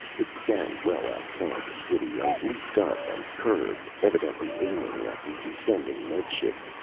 it began well outside the city and leaped up and curved, evidently aiming at the descending med ship.